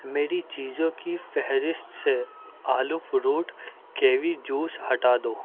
میری چیزوں کی فہرست سے آلو فروٹ کیوی جوس ہٹا دو